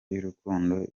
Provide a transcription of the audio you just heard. y’urukundo